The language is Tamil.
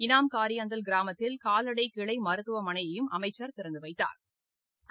இனாம்காரியந்தல் கிராமத்தில் கால்நடை கிளை மருத்துவமனையையும் அமைச்சா் திறந்து வைத்தாா்